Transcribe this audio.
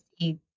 see